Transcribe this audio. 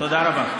תודה רבה.